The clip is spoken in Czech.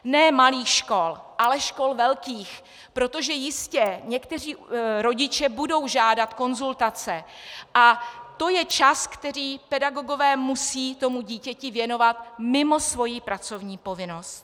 Ne malých škol, ale škol velkých, protože jistě, někteří rodiče budou žádat konzultace a to je čas, který pedagogové musí tomu dítěti věnovat mimo svoji pracovní povinnost.